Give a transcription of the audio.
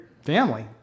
family